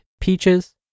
Peaches